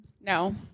No